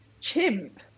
chimp